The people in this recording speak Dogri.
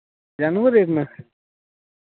जेन्युन रेट न